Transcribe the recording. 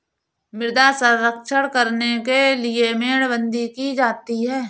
मृदा संरक्षण करने के लिए मेड़बंदी की जाती है